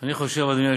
לפחות שייצמדו